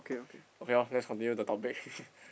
okay loh let's continue the topic